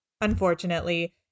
unfortunately